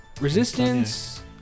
Resistance